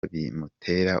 bimutera